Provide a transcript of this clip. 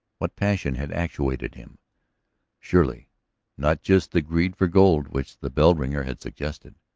what passion had actuated him surely not just the greed for gold which the bell-ringer had suggested!